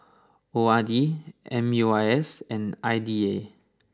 O R D M U I S and I D A